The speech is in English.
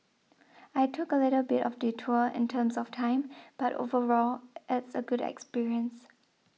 I took a little bit of detour in terms of time but overall it's a good experience